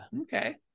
Okay